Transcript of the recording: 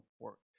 work